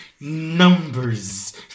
numbers